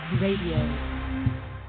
Radio